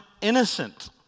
innocent